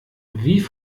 wie